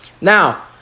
Now